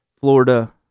Florida